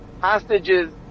hostages